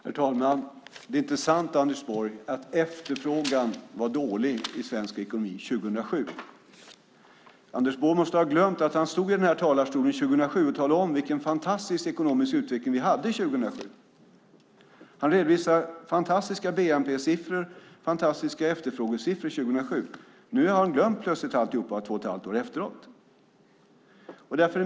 Herr talman! Det är inte sant, Anders Borg, att efterfrågan var dålig i svensk ekonomi 2007. Anders Borg måste ha glömt att han stod i den här talarstolen 2007 och talade om vilken fantastisk ekonomisk utveckling vi hade 2007. Han redovisade fantastiska bnp-siffror och fantastiska efterfrågesiffror 2007. Två och ett halvt år efteråt har han plötsligt glömt alltihop.